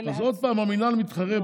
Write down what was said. אז עוד פעם המינהל מתחרה,